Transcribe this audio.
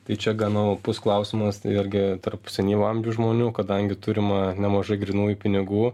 tai čia gana opus klausimas irgi tarp senyvo amžiaus žmonių kadangi turima nemažai grynųjų pinigų